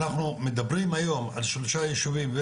אנחנו מדברים היום על שלושה יישובים,